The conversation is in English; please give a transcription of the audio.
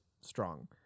strong